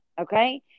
Okay